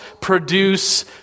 produce